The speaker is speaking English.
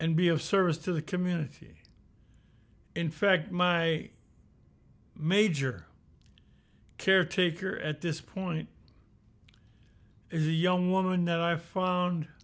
and be of service to the community in fact my major caretaker at this point is a young woman that i found